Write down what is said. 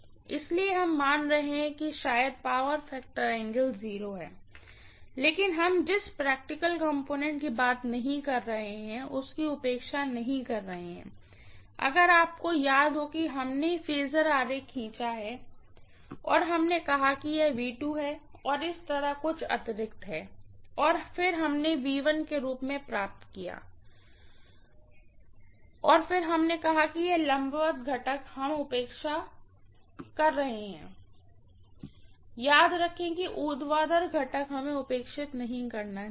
इसलिए हम मान रहे हैं कि शायद पावर फैक्टर एंगल 0 है लेकिन हम जिस प्रैक्टिकल कंपोनेंट की बात नहीं कर रहे हैं उसकी उपेक्षा नहीं कर रहे हैं अगर आपको याद हो कि हमने फेजर डायग्रामखींचा है और हमने कहा कि यह है और इस तरह कुछ अतिरिक्त है और फिर हम इसे के रूप में प्राप्त किया जा रहा है और फिर हमने कहा कि यह लंबवत घटक हम उपेक्षा कर रहे हैं याद रखें कि ऊर्ध्वाधर घटक हमें उपेक्षित नहीं करना चाहिए